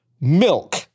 Milk